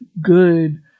good